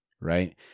right